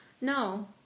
no